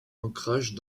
ancrage